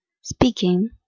Speaking